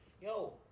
Yo